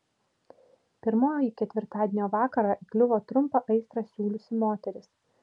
pirmoji ketvirtadienio vakarą įkliuvo trumpą aistrą siūliusi moteris